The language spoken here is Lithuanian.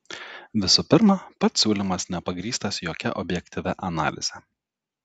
visų pirma pats siūlymas nepagrįstas jokia objektyvia analize